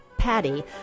patty